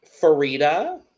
Farida